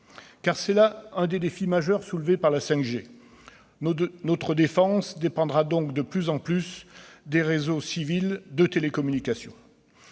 c'est l'un des défis majeurs soulevés par la 5G : notre défense dépendra de plus en plus des réseaux civils de télécommunication.